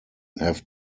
have